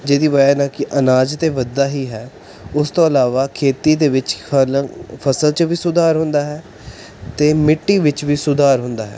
ਜਿਹਦੀ ਵਜ੍ਹਾ ਨਾਲ ਕਿ ਅਨਾਜ ਤਾਂ ਵੱਧਦਾ ਹੀ ਹੈ ਉਸ ਤੋਂ ਇਲਾਵਾ ਖੇਤੀ ਦੇ ਵਿੱਚ ਫਸਲ 'ਚ ਵੀ ਸੁਧਾਰ ਹੁੰਦਾ ਹੈ ਅਤੇ ਮਿੱਟੀ ਵਿੱਚ ਵੀ ਸੁਧਾਰ ਹੁੰਦਾ ਹੈ